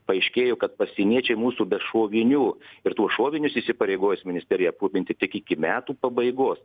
paaiškėjo kad pasieniečiai mūsų be šovinių ir tuos šovinius įsipareigojus ministerija aprūpinti tik iki metų pabaigos